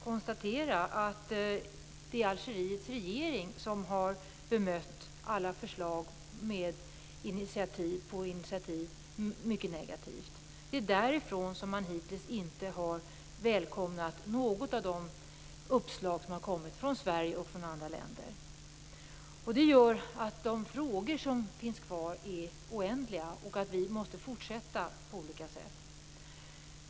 Det är Algeriets regering som har bemött alla förslag - initiativ på initiativ - negativt. Det är därifrån som man hittills inte har välkomnat något av de uppslag som har kommit från Sverige och andra länder. De frågor som finns kvar är därför oändliga, och på något sätt måste vi fortsätta.